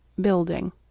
building